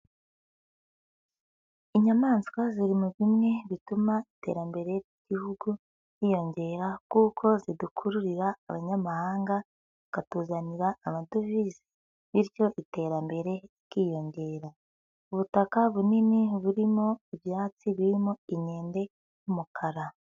Inyamaswa ziri mu bimwe bituma iterambere ry'igihugu ryiyongera kuko zidukururira abanyamahanga zikatuzanira amadovize bityo iterambere rikiyongera. Ubutaka bunini burimo ibyatsi birimo inkende y'umukara.